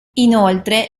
inoltre